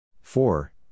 four